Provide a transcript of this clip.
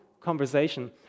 conversation